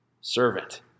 Servant